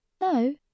no